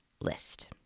list